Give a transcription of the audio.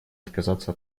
отказаться